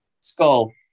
skull